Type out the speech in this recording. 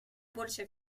больше